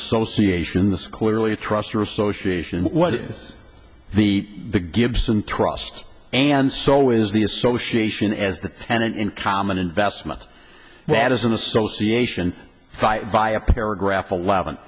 association this clearly a trust or association what is the the gibson trust and so is the association as the tenant in common investment that is an association fight by a paragraph eleven